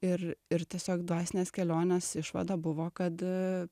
ir ir tiesiog dvasinės kelionės išvada buvo kad